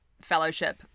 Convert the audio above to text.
fellowship